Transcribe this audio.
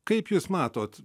kaip jūs matote